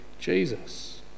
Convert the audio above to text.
Jesus